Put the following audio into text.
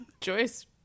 Joyce